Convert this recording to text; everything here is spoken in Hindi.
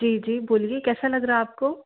जी जी बोलीए कैसा लग रहा आपको